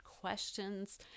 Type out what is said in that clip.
questions